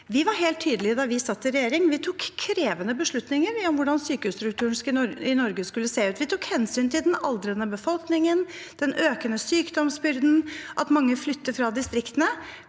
Vi var helt tydelige da vi satt i regjering. Vi tok krevende beslutninger om hvordan sykehusstrukturen i Norge skulle se ut. Vi tok hensyn til den aldrende befolkningen, den økende sykdomsbyrden og at mange flytter fra distriktene.